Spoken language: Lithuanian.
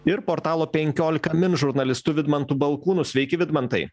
ir portalo penkiolika min žurnalistu vidmantu balkūnu sveiki vidmantai